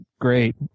great